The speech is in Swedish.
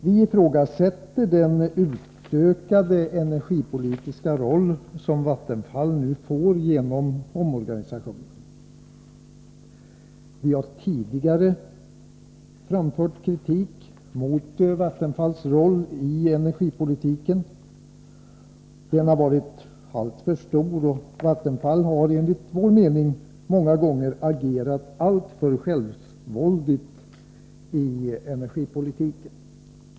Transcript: Vi ifrågasätter den utökade energipolitiska roll som Vattenfall nu får genom omorganisationen. Vi har tidigare framfört kritik mot Vattenfalls roll i energipolitiken. Den har varit alltför stor, och Vattenfall har enligt vår mening agerat alltför självsvåldigt i energipolitiken.